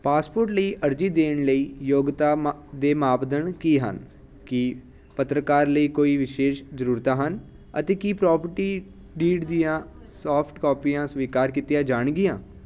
passport ਲਈ ਅਰਜ਼ੀ ਦੇਣ ਲਈ ਯੋਗਤਾ ਮਾ ਦੇ ਮਾਪਦੰਡ ਕੀ ਹਨ ਕੀ ਪੱਤਰਕਾਰ ਲਈ ਕੋਈ ਵਿਸ਼ੇਸ਼ ਜ਼ਰੂਰਤਾਂ ਹਨ ਅਤੇ ਕੀ ਪ੍ਰਾਪਰਟੀ ਡੀਡ ਦੀਆਂ ਸਾਫਟ ਕਾਪੀਆਂ ਸਵੀਕਾਰ ਕੀਤੀਆਂ ਜਾਣਗੀਆਂ